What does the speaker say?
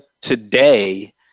today